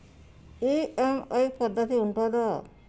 EMI పద్ధతి ఉంటదా?